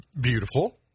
beautiful